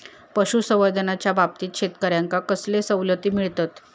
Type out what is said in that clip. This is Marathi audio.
पशुसंवर्धनाच्याबाबतीत शेतकऱ्यांका कसले सवलती मिळतत?